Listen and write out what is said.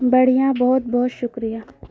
بڑھیا بہت بہت شکریہ